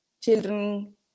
children